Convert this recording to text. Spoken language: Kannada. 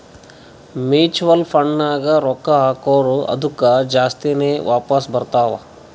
ಮ್ಯುಚುವಲ್ ಫಂಡ್ನಾಗ್ ರೊಕ್ಕಾ ಹಾಕುರ್ ಅದ್ದುಕ ಜಾಸ್ತಿನೇ ವಾಪಾಸ್ ಬರ್ತಾವ್